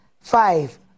five